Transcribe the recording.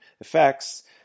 effects